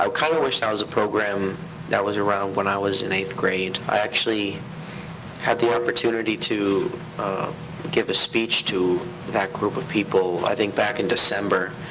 i kinda wish that was a program that was around when i was in eighth grade. i actually had the opportunity to give a speech to that group of people, i think back in december.